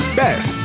best